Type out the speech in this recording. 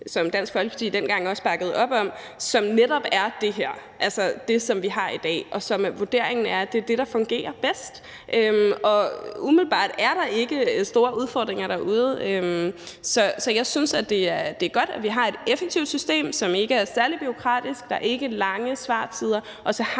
som Dansk Folkeparti dengang også bakkede op om, og det er netop det her – altså det, som vi har i dag. Og som vurderingen er, er det det, der fungerer bedst. Og umiddelbart er der er ikke store udfordringer derude, så jeg synes, det er godt, at vi har et effektivt system, som ikke er særlig bureaukratisk; der er ikke lange svartider.